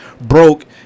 broke